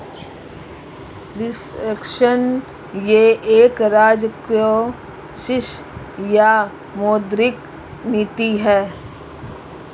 reflection यह एक राजकोषीय या मौद्रिक नीति है